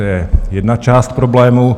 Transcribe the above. To je jedna část problému.